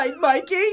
Mikey